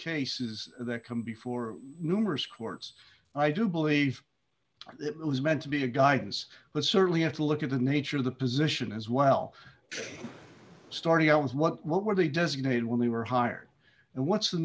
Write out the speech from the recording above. cases that come before numerous courts i do believe that was meant to be a guidance but certainly have to look at the nature of the position as well starting on what what were they designated when they were hired and what's the